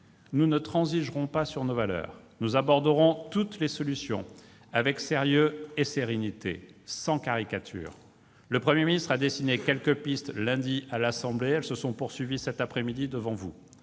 Nous ne transigerons pas sur nos valeurs. Nous aborderons toutes les solutions avec sérieux et sérénité, sans caricature. Le Premier ministre a dessiné quelques pistes lundi à l'Assemblée nationale ; elles se précisent